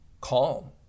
calm